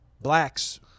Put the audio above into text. blacks